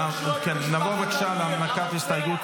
נעבור בבקשה להנמקת הסתייגות,